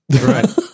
Right